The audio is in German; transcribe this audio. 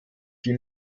die